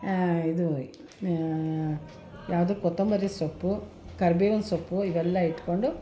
ಇದು ಯಾವುದು ಕೊತ್ತಂಬರಿ ಸೊಪ್ಪು ಕರ್ಬೇವಿನ ಸೊಪ್ಪು ಇವೆಲ್ಲ ಇಟ್ಟುಕೊಂಡು